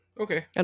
Okay